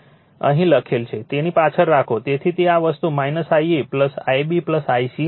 તેને પાછળ રાખો તેથી તે આ વસ્તુ Ia Ib I c હશે